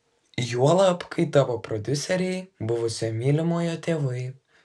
juolab kai tavo prodiuseriai buvusio mylimojo tėvai